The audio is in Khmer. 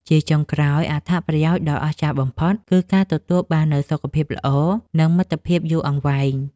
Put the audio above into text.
ជាចុងក្រោយ អត្ថប្រយោជន៍ដ៏អស្ចារ្យបំផុត គឺការទទួលបាននូវ សុខភាពល្អ និងមិត្តភាពយូរអង្វែង។